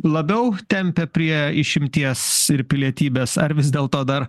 labiau tempia prie išimties ir pilietybės ar vis dėlto dar